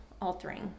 altering